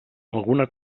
alguna